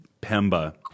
Pemba